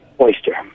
oyster